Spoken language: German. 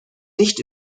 nicht